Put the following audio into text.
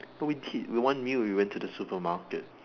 but we did for one meal we went to the supermarket